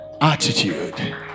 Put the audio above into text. Attitude